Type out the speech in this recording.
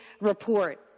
report